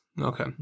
Okay